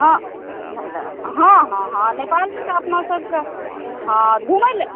हँ हँ हँ हँ नेपालमे तऽ अपना सभके हँ घुमैलए